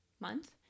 month